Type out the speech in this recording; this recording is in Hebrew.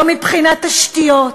לא מבחינת תשתיות,